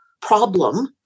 problem